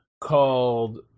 called